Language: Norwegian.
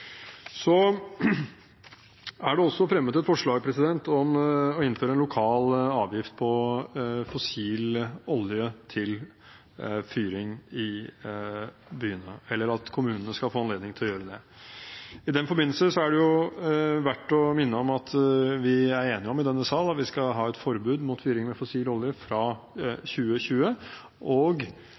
er også fremmet et forslag om å innføre en lokal avgift på fossil olje til fyring i byene – eller at kommunene skal få anledning til å gjøre det. I den forbindelse er det verdt å minne om at vi i denne sal er enige om at vi skal ha et forbud mot fyring med fossil olje fra 2020. Regjeringen og